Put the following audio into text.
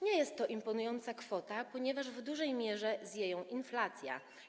Nie jest to imponująca kwota, ponieważ w dużej mierze zje ją inflacja.